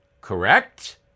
correct